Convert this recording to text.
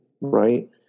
right